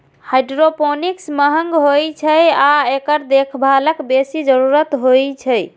hydroponics महंग होइ छै आ एकरा देखभालक बेसी जरूरत होइ छै